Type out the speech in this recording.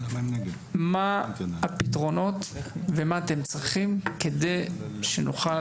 מה הפתרונות ומה אתם צריכים כדי שנוכל